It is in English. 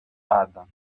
other